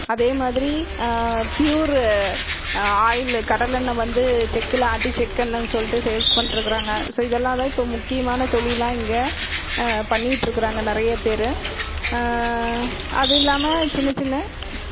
அதேமாதிரி pure oil கடலை எண்ணெய் வந்து செக்கில் ஆட்டி செக்கு எண்ணன்னு சொல்லிட்டு சேல்ஸ் பண்ணிட்டுருக்காங்க ஸோ இதெல்லாதான் இப்போ முக்கியமான தொழிலாக இங்கே பண்ணிக்கிட்டுருக்குறாங்க நறையாப்பேர் அது இல்லாமல் சின்ன சின்ன